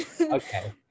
Okay